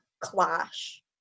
clash